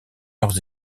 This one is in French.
leurs